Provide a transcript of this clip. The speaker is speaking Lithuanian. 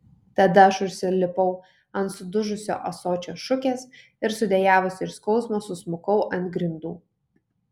tada aš užsilipau ant sudužusio ąsočio šukės ir sudejavusi iš skausmo susmukau ant grindų